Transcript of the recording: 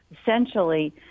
essentially